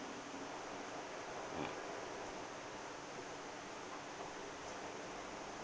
uh